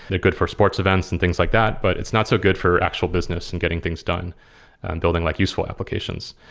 they're good for sports events and things like that, but it's not so good for actual business and getting things done and building like useful applications.